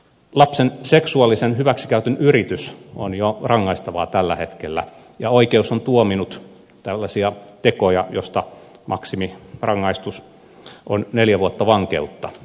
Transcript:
lapsen seksuaalisen hyväksikäytön yritys on jo rangaistava tällä hetkellä ja oikeus on tuominnut tällaisia tekoja joista maksimirangaistus on neljä vuotta vankeutta